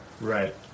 Right